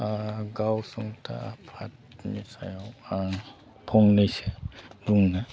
गावसंथा आफादनि सायाव आं फंनैसो बुंनो